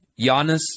Giannis